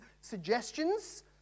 suggestions